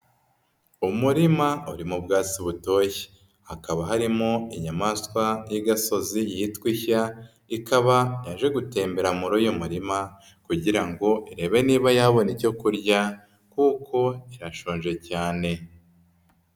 Umurima urimo ubwatsi butoshye, hakaba harimo inyamaswa y'igasozi yitwa ishya ikaba yaje gutembera muri uyu murima kugira ngo irebe niba yabona icyo kurya kuko irashonje cyane.